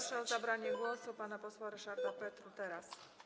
Proszę o zabranie głosu pana posła Ryszarda Petru, Teraz!